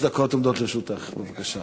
שלוש דקות עומדות לרשותך, בבקשה.